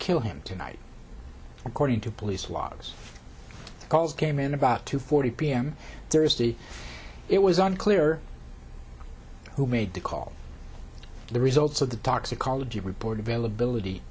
kill him tonight according to police logs calls came in about two forty p m thursday it was unclear who made the call the results of the toxicology report availability